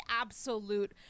absolute